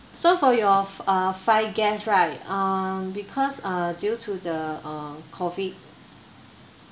so for your f~ uh five guests right um because uh due to the uh COVID